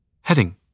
Heading